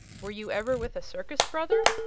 were you ever with a circus, brother?